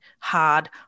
hard